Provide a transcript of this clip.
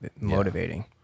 motivating